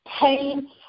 pain